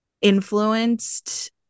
influenced